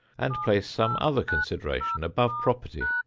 and place some other consideration above property,